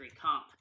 comp